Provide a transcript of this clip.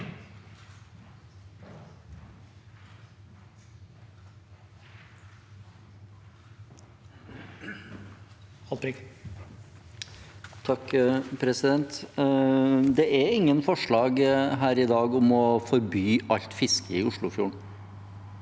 Det er ingen for- slag her i dag om å forby alt fiske i Oslofjorden.